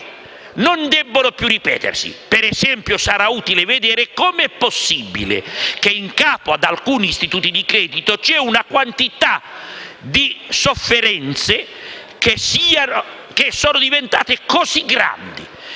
non debbono più ripetersi. Per esempio, sarà utile vedere come è possibile che in capo ad alcuni istituti di credito ci sia una quantità di sofferenze che sono diventate così grandi.